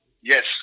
yes